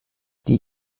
die